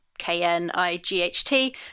K-N-I-G-H-T